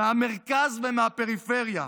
מהמרכז ומהפריפריה.